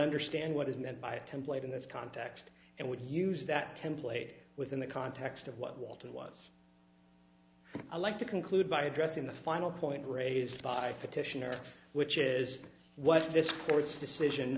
understand what is meant by template in this context and would use that template within the context of what walter was like to conclude by addressing the final point raised by petitioner which is what this court's decision